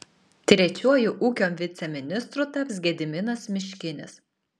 trečiuoju ūkio viceministru taps gediminas miškinis